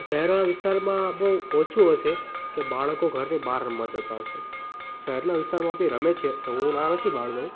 શહેરોના વિસ્તારમાં બહુ ઓછું હશે કે બાળકો ઘરની બહાર રમવા જતા હોય છે શહેરના વિસ્તારમાં બી રમે છે હું એ ના નથી પાડતો